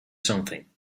something